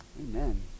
Amen